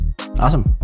Awesome